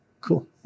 Cool